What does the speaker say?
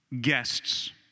guests